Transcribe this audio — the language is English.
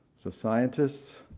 so scientists,